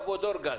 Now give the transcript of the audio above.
יבוא דורגז.